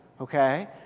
okay